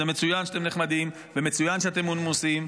זה מצוין שאתם נחמדים ומצוין שאתם מנומסים.